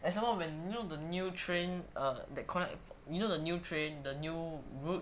and some more when you know the new the new train that connect the new train the new route